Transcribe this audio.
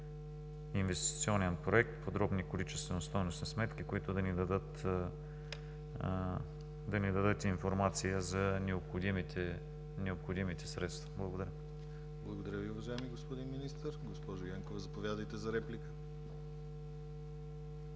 инвестиционен проект, подробни количествено-стойностни сметки, които да ни дадат информация за необходимите средства. Благодаря. ПРЕДСЕДАТЕЛ ДИМИТЪР ГЛАВЧЕВ: Благодаря Ви, уважаеми господин Министър. Госпожо Янкова, заповядайте за реплика.